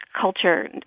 culture